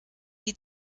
die